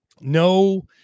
No